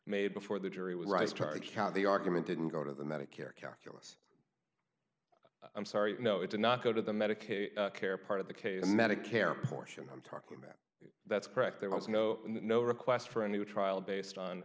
made before the jury was rice charged count the argument didn't go to the medicare calculus i'm sorry no it did not go to the medicaid care part of the case medicare portion i'm talking that that's correct there was no no request for a new trial based on